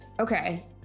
okay